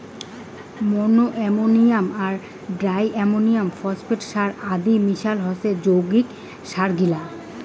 মনো ammonium আর di ammonium phosphate সার আদির মিশাল হসে যৌগিক সারগিলা